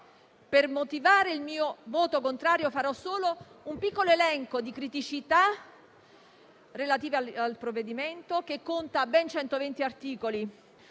Per motivare il mio voto contrario farò solo un piccolo elenco di criticità relative al provvedimento che conta ben 120 articoli: